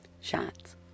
shots